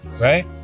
Right